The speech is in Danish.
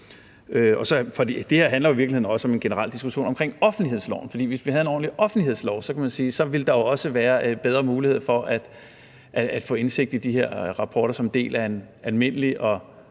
det her handler jo i virkeligheden også om en generel diskussion omkring offentlighedsloven, for hvis vi havde en ordentlig offentlighedslov, kan man sige, at så ville der jo også være bedre mulighed for at få indsigt i de her rapporter som en del af en almindelig og